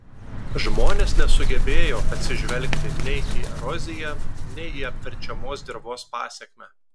žmonės nesugebėjo atsižvelgti nei į eroziją nei į apverčiamos dirvos pasekmę